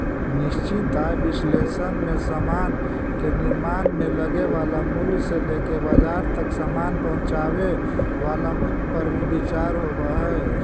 निश्चित आय विश्लेषण में समान के निर्माण में लगे वाला मूल्य से लेके बाजार तक समान पहुंचावे वाला मूल्य पर भी विचार होवऽ हई